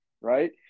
right